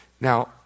Now